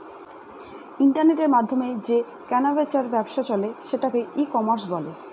ইন্টারনেটের মাধ্যমে যে কেনা বেচার ব্যবসা চলে সেটাকে ই কমার্স বলে